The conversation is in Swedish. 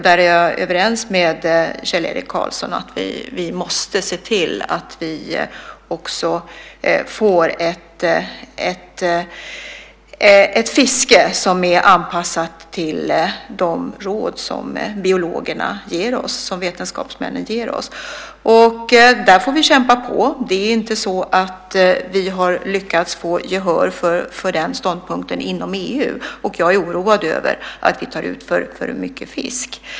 Där är jag överens med Kjell-Erik Karlsson om att vi måste se till att vi också får ett fiske som är anpassat till de råd som biologerna, vetenskapsmännen, ger oss. Där får vi kämpa på. Det är inte så att vi har lyckats få gehör för den ståndpunkten inom EU. Och jag är oroad över att vi tar ut för mycket fisk.